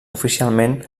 oficialment